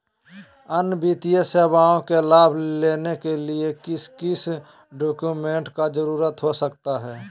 अन्य वित्तीय सेवाओं के लाभ लेने के लिए किस किस डॉक्यूमेंट का जरूरत हो सकता है?